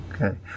Okay